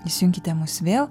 įsijunkite mus vėl